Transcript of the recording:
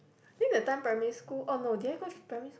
think that time primary school oh no did I go primary